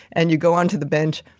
and you go on to the bench,